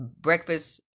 Breakfast